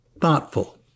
Thoughtful